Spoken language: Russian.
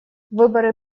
выборы